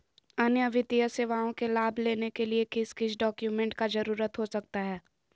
अन्य वित्तीय सेवाओं के लाभ लेने के लिए किस किस डॉक्यूमेंट का जरूरत हो सकता है?